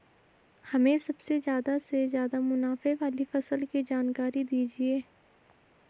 हमें सबसे ज़्यादा से ज़्यादा मुनाफे वाली फसल की जानकारी दीजिए